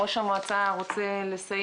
ראש המועצה רוצה לסיים?